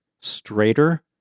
straighter